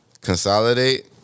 Consolidate